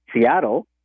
Seattle